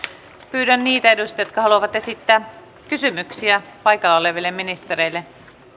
pyydän niitä edustajia jotka haluavat esittää kysymyksiä paikalla oleville ministereille